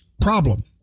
problem